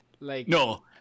No